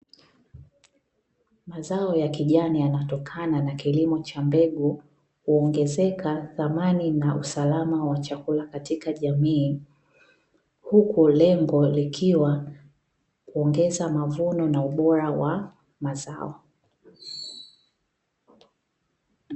Mazao yakijani yanatokana na kilimo cha mbegu huongezeka dhamani na usalama wa chakula katika jamii, huku lengo likiwa kuongeza mavuno na ubora wa mazao.